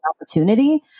opportunity